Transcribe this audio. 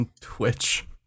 Twitch